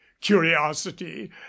curiosity